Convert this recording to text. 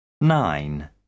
Nine